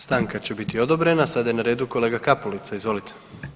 Stanka će biti odobrena, a sada je na redu kolega Kapulica, izvolite.